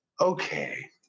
Okay